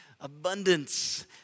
abundance